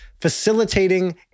facilitating